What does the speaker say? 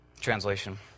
translation